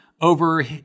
over